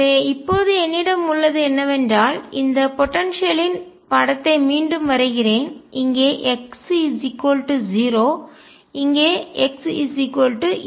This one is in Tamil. எனவே இப்போது என்னிடம் உள்ளது என்னவென்றால் இந்த போடன்சியல்லின் ஆற்றல் படத்தை மீண்டும் வரைகிறேன் இங்கே x 0 இங்கே x a b இது a